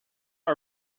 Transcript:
are